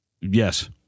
Yes